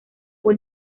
fue